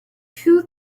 two